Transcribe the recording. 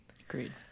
Agreed